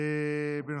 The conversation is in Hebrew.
לסגן השר לביטחון פנים,